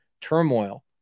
turmoil